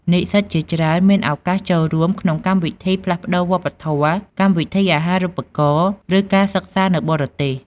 និស្សិតជាច្រើនមានឱកាសចូលរួមក្នុងកម្មវិធីផ្លាស់ប្ដូរវប្បធម៌ កម្មវិធីអាហារូបករណ៍ ឬការសិក្សានៅបរទេស។